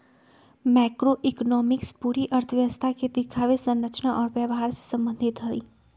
macroeconomics पूरी अर्थव्यवस्था के दिखावे, संरचना और व्यवहार से संबंधित हई